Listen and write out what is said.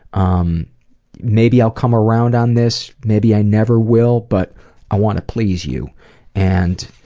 um maybe i'll come around on this. maybe i never will but i want to please you' and